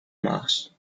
mass